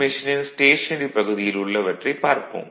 மெஷினின் ஸ்டேஷனரி பகுதியில் உள்ளவற்றைப் பார்ப்போம்